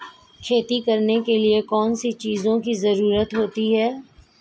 खेती करने के लिए कौनसी चीज़ों की ज़रूरत होती हैं?